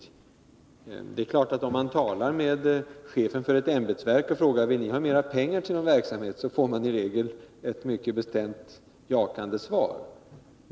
Det är klart att om man frågar chefen för ett ämbetsverk om verket vill ha mera pengar till någon verksamhet, så får man i regel ett mycket bestämt jakande svar.